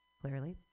Clearly